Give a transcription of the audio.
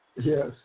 Yes